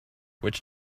which